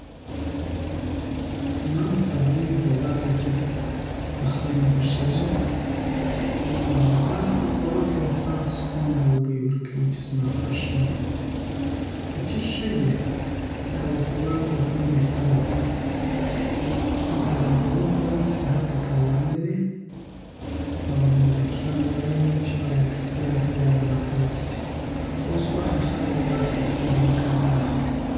زما د څارويو په وازګه کې پخلی نه خوښیږی وازګه خوړو ته یو خاص خوند او بوی ورکوي چی زما خوښ ندی کوچی ښه دی او تر وازګه یی خوند بهتره دی د غوړو خوړل صحت ته تاوان لری او داکتران وایی چی باید زیات غوړ ونه خوړل سی اوس وخت کی خلک د وازګی څخه ډیر کار نه اخلی